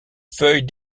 feuilles